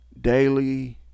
daily